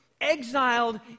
exiled